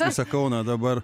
visą kauną dabar